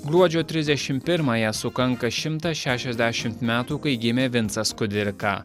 gruodžio trisdešim primąją sukanka šimtas šešiasdešimt metų kai gimė vincas kudirka